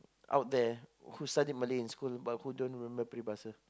out there who studied Malay in school but who don't remember peribahasa